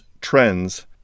trends